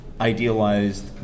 idealized